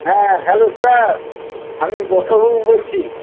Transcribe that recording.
হ্যাঁ hello sir আমি বসাক বাবু বলছি